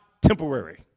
temporary